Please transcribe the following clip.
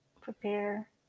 prepare